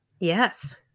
Yes